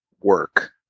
work